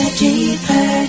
deeper